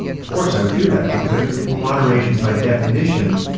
of course i would do that because ah moderation, by definition,